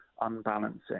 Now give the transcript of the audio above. unbalancing